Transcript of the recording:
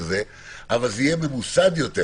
אבל זה יהיה ממוסד יותר.